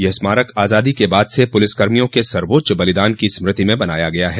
यह स्मारक आजादी के बाद से पुलिसकर्मियों के सर्वोच्च बलिदान की स्मृति में बनाया गया है